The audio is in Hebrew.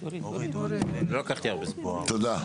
תודה.